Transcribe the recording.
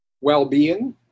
well-being